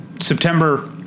september